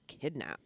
Kidnap